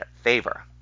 favor